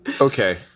Okay